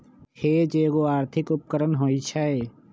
hedge एगो आर्थिक उपकरण होइ छइ